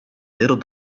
little